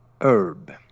herb